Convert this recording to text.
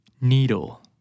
Needle